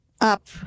up